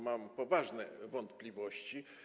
Mam poważne wątpliwości.